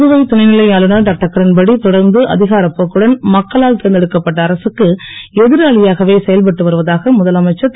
புதுவை துணைநிலை ஆளுநர் டாக்டர் கிரண்பேடி தொடர்ந்து அதிகாரப் போக்குடன் மக்களால் தேர்ந்தெடுக்கப்பட்ட அரகக்கு எதிராளியாகவே செயல்பட்டு வருவதாக முதலமைச்சர் இரு